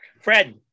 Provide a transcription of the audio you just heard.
Fred